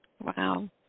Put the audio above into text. Wow